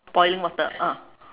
boiling water ah